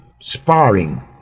Sparring